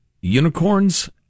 unicorns